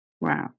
Wow